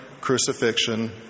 crucifixion